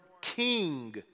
king